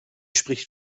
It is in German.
spricht